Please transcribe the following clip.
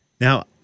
Now